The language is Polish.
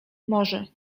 może